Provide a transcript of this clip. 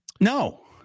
No